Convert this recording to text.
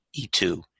E2